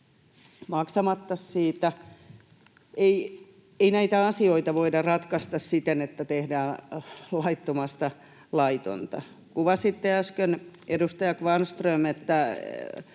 maksamatta siitä. Ei näitä asioita voida ratkaista siten, että tehdään laittomasta laillista. Kuvasitte äsken, edustaja Kvarnström, että